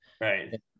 right